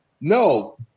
No